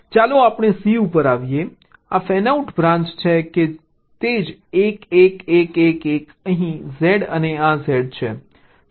ચાલો આપણે c ઉપર આવીએ આ પણ ફેનઆઉટ બ્રાન્ચ છે કે તે જ 1 1 1 1 1 1 અહીં Z અને આ Z હશે